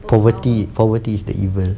poverty poverty is the evil